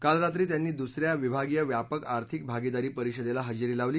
काल रात्री त्यांनी दुस या विभागीय व्यापक आर्थिक भागिदारी परिषदेला हजेरी लावली